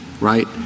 right